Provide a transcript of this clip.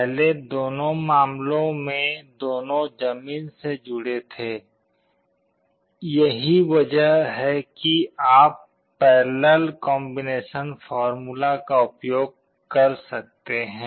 पहले दोनों मामलों में दोनों जमीन से जुड़े थे यही वजह है कि आप पैरेलल कॉम्बिनेशन फार्मूला का उपयोग कर सकते हैं